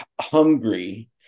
hungry